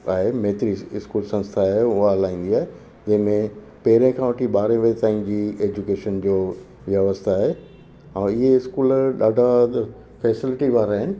आहे मैत्री इस स्कूल संस्था आहे उहा हलाईंदी आहे जंहिंमें पहिरें खां वठी ॿारहें बजे ताईं जी एजुकेशन जो व्यवस्था आहे ऐं इहे स्कूल ॾाढा फेसिलिटी वारा आहिनि